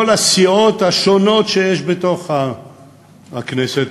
כל הסיעות השונות שיש בתוך הכנסת,